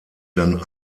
dann